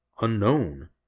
Unknown